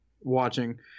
watching